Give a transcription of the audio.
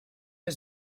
der